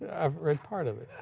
i've read part of it.